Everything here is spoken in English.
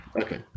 Okay